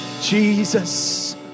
Jesus